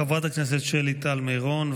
חברת הכנסת שלי טל מירון,